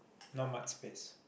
not much space